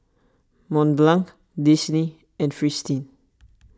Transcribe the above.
Mont Blanc Disney and Fristine